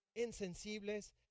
insensibles